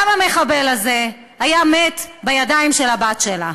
גם המחבל הזה היה מת, בידיים של הבת שלה.